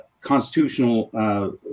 constitutional